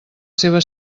seua